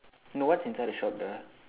no what's inside the shop ah